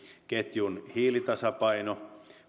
ketjun hiilitasapaino